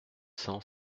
cent